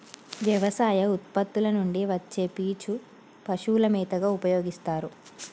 వ్యవసాయ ఉత్పత్తుల నుండి వచ్చే పీచు పశువుల మేతగా ఉపయోస్తారు